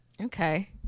Okay